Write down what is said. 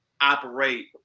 operate